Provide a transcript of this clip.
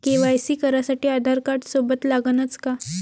KYC करासाठी आधारकार्ड सोबत लागनच का?